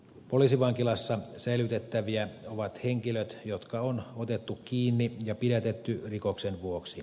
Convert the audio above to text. poliisivankilassa säilytettäviä ovat henkilöt jotka on otettu kiinni ja pidätetty rikoksen vuoksi